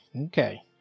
Okay